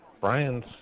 Brian's